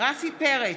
רפי פרץ,